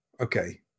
okay